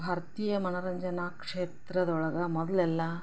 ಭಾರತೀಯ ಮನೋರಂಜನಾ ಕ್ಷೇತ್ರದೊಳಗೆ ಮೊದಲೆಲ್ಲಾ